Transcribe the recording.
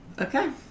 Okay